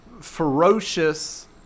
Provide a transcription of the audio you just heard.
ferocious